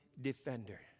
defender